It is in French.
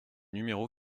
numéro